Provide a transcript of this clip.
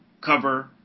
cover